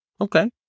Okay